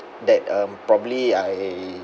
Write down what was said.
that um probably I